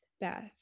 Beth